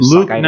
Luke